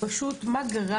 פשוט מה קרה.